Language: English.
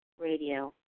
radio